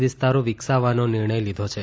વિસ્તારો વિકસાવવાનો નિર્ણય લીધો છે